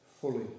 fully